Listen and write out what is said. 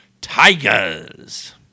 Tigers